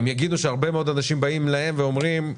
הם יגידו שהרבה מאוד אנשים באים אליהם ואומרים: